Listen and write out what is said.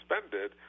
suspended